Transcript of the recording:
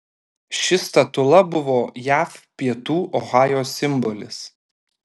ši statula buvo jav pietų ohajo simbolis